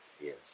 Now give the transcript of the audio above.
Yes